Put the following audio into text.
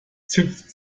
zipft